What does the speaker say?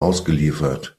ausgeliefert